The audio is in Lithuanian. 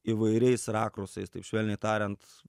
įvairiais rakursais taip švelniai tariant